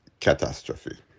catastrophe